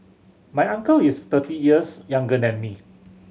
my uncle is thirty years younger than me